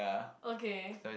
okay